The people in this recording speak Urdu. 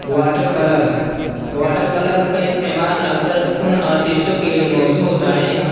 واٹر کلرز واٹر کلرز کا استعمال اکثر ان آرٹسٹوں کے لیے موزو ہوتا ہے